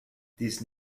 these